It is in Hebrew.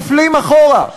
נופלים אחורה.